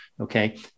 Okay